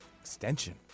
extension